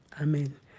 Amen